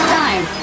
time